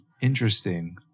Interesting